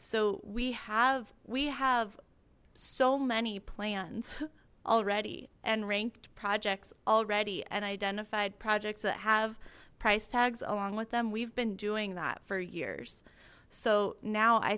so we have we have so many plans already and ranked projects already and identified projects that have price tags along with them we've been doing that for years so now i